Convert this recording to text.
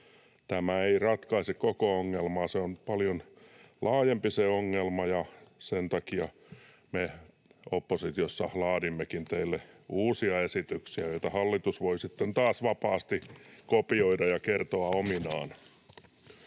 tämä ei ratkaise koko ongelmaa. Se ongelma on paljon laajempi, ja sen takia me oppositiossa laadimmekin teille uusia esityksiä, joita hallitus voi sitten taas vapaasti kopioida ja kertoa ominaan.